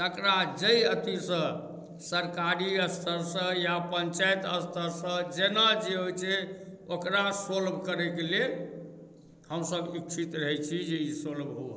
तकरा जाहि अथीसँ सरकारी स्तरसँ या पञ्चायत स्तरसँ जेना जे होइ छै ओकरा सॉल्व करैके लेल हमसब इच्छित रहै छी जे ई सॉल्व हुअए